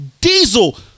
Diesel